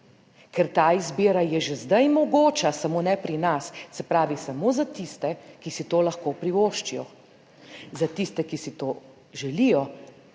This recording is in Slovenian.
ker ta izbira je že zdaj mogoča, samo ne pri nas, se pravi, samo za tiste, ki si to lahko privoščijo, za tiste, ki si to želijo